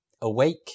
awake